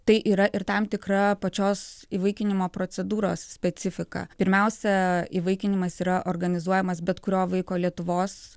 tai yra ir tam tikra pačios įvaikinimo procedūros specifika pirmiausia įvaikinimas yra organizuojamas bet kurio vaiko lietuvos